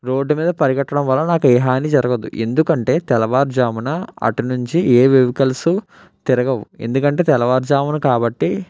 road మీద పరిగెత్తడం వల్ల నాకు ఏ హాని జరగదు ఎందుకంటే తెల్లవారుజామున అటునుంచి ఏ వెహికల్స్ తిరగవు ఎందుకంటే తెల్లవారుజామున కాబట్టి